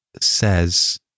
says